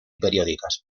periódicas